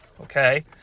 Okay